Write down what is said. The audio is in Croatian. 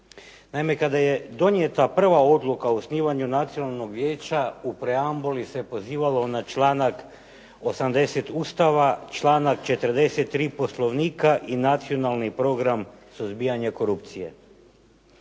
kada je donijeta prva odluka o osnivanju Nacionalnog vijeća, u preambuli se pozivalo na članak 80. Ustava, članak 43. Poslovnika i Nacionalni program suzbijanja korupcije.